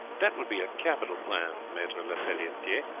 that would be a capital plan, maitre lepelletiere.